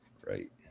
right